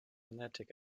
lunatic